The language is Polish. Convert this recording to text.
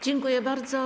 Dziękuję bardzo.